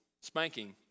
spanking